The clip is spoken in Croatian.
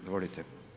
Izvolite.